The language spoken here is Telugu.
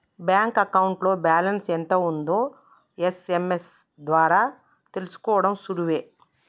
బ్యాంక్ అకౌంట్లో బ్యాలెన్స్ ఎంత ఉందో ఎస్.ఎం.ఎస్ ద్వారా తెలుసుకోడం సులువే